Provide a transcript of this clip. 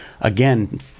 again